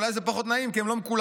אולי זה פחות נעים כי הם לא מקולחים,